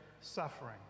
suffering